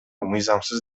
мыйзамсыз